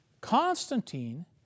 Constantine